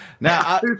Now